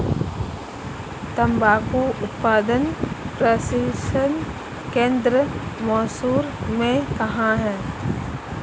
तंबाकू उत्पादन प्रशिक्षण केंद्र मैसूर में कहाँ है?